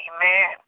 Amen